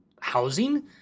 housing